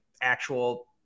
actual